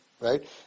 right